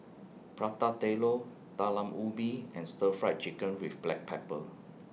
Prata Telur Talam Ubi and Stir Fried Chicken with Black Pepper